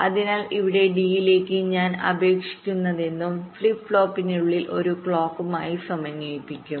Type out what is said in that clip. അതിനാൽ ഇവിടെ ഡിയിലേക്ക് ഞാൻ അപേക്ഷിക്കുന്നതെന്തും ഫ്ലിപ്പ് ഫ്ലോപ്പിനുള്ളിൽ ഒരു ക്ലോക്കുമായി സമന്വയിപ്പിക്കും